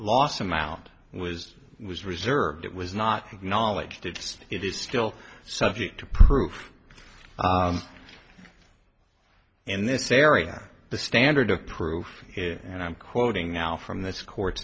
los amount was was reserved it was not acknowledged if it is still subject to proof and this area the standard of proof and i'm quoting now from this court